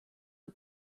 are